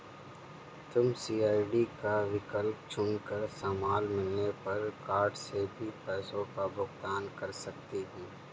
तुम सी.ओ.डी का विकल्प चुन कर सामान मिलने पर कार्ड से भी पैसों का भुगतान कर सकती हो